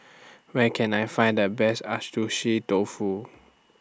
Where Can I Find The Best Dofu